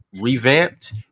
revamped